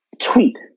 tweet